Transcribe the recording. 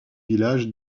village